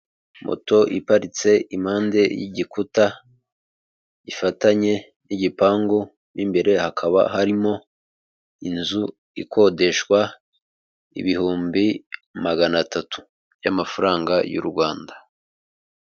Moto iparitse impande y'igikuta, gifatanye n'igipangu, mo imbere hakaba harimo inzu ikodeshwa, ibihumbi magana atatu by'amafaranga y'u Rwanda.